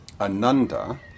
Ananda